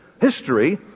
history